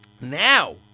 now